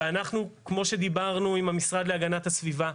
וכמו שדיברנו עם המשרד להגנת הסביבה,